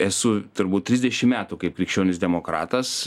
esu turbūt trisdešim metų kaip krikščionis demokratas